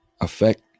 affect